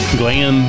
glam